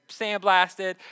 sandblasted